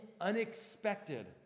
unexpected